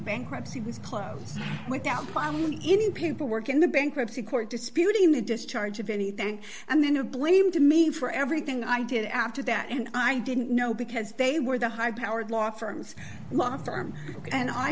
bankruptcy was closed without any people work in the bankruptcy court disputing the discharge of anything and then a blame to me for everything i did after that and i didn't know because they were the high powered law firms law firm and i